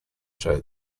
show